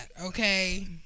okay